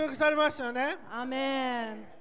Amen